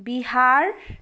Bihar